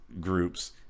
groups